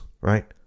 right